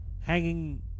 Hanging